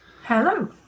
Hello